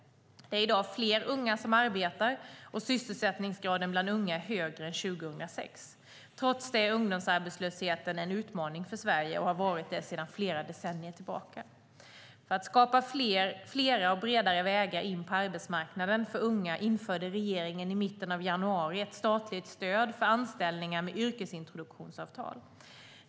Det är i dag fler unga som arbetar, och sysselsättningsgraden bland unga är högre än 2006. Trots det är ungdomsarbetslösheten en utmaning för Sverige och har varit det sedan flera decennier tillbaka. För att skapa fler och bredare vägar in på arbetsmarknaden för unga införde regeringen i mitten av januari ett statligt stöd för anställningar med yrkesintroduktionsavtal.